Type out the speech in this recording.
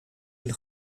ich